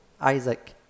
Isaac